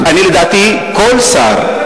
לדעתי כל שר,